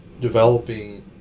developing